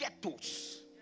ghettos